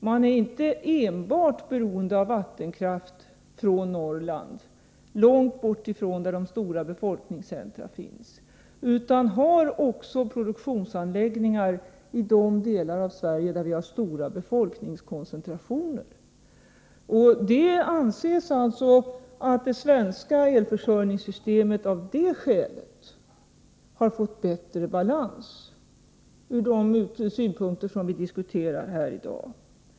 Vi är inte enbart beroende av vattenkraftverken i Norrland, som ligger långt från våra stora befolkningscentra. Vi har ju också produktionsanläggningar i de delar av Sverige dit en stor del av befolkningen är koncentrerad. Av det skälet anses balansen i det svenska elförsörjningssystemet ha blivit bättre, från de synpunkter som vi diskuterar här i dag.